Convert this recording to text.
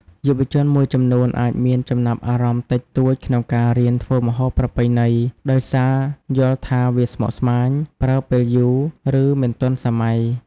យុវជនមួយចំនួនអាចមានចំណាប់អារម្មណ៍តិចតួចក្នុងការរៀនធ្វើម្ហូបប្រពៃណី ដោយសារយល់ថាវាស្មុគស្មាញ ប្រើពេលយូរ ឬមិនទាន់សម័យ។